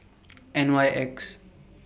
N Y X